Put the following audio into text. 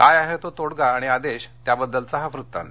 काय आहे तो तोडगा आणि आदेश याबद्दलचा हा वृत्तांत